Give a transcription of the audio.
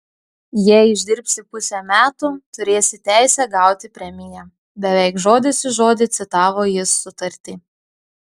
jei išdirbsi pusę metų turėsi teisę gauti premiją beveik žodis į žodį citavo jis sutartį